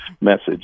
message